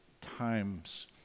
times